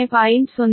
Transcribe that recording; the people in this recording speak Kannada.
0683p